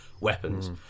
weapons